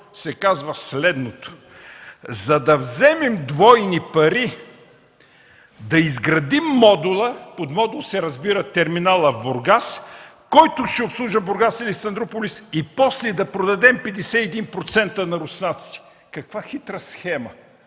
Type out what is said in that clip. се казва следното: „За да вземем двойни пари, да изградим модула – под модул се разбира терминалът Бургас – който ще обслужва „Бургас - Александруполис”, и после да продадем 51% на руснаците”. Каква хитра схема.